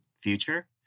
future